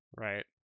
Right